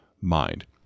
mind